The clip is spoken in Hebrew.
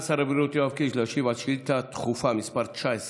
סגן שר הבריאות יואב קיש להשיב על שאילתה דחופה מס' 19,